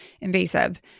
invasive